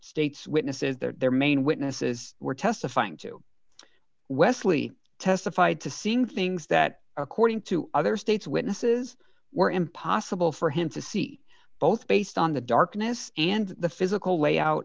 states witnesses their main witnesses were testifying to wesley testified to seeing things that according to other states witnesses were impossible for him to see both based on the darkness and the physical layout